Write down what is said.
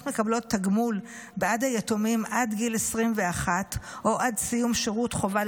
מקבלות תגמול בעד היתומים עד גיל 21 או עד סיום שירות חובה,